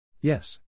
Yes